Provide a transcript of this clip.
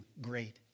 great